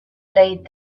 laid